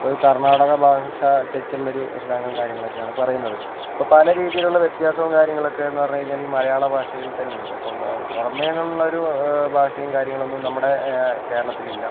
ഒരു കർണാടക ഭാഷ ടച്ചുള്ളൊരു സ്ലാങ്ങും കാര്യങ്ങളൊക്കെയാണ് പറയുന്നത് അപ്പോൾ പല രീതിയിലുള്ള വ്യത്യാസവും കാര്യങ്ങളൊക്കെയെന്ന് പറഞ്ഞ് കഴിഞ്ഞാൽ ഈ മലയാള ഭാഷയിൽ തന്നെ ഉണ്ട് അപ്പോൾ പുറമെ നിന്നുള്ളൊരു ഭാഷയും കാര്യങ്ങളൊന്നും നമ്മുടെ കേരളത്തിലില്ല